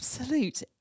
Absolute